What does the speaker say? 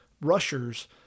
rushers